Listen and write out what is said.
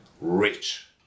rich